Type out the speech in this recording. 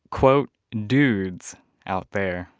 quote, dudes out there.